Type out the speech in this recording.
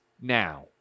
now